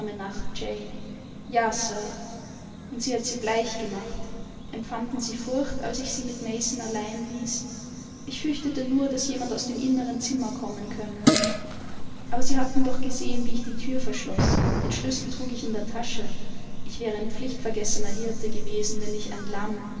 sir und sie hat sie bleich gemacht empfanden sie furcht als ich sie mit mason allein ließ ich fürchtete nur daß jemand aus dem inneren zimmer kommen könne aber sie hatten doch gesehen wie ich die thür verschloß den schlüssel trug ich in der tasche ich wäre ein pflichtvergessener hirte gewesen wenn ich ein lamm